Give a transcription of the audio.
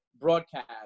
broadcast